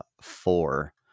four